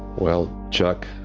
well, chuck,